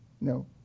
No